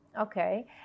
Okay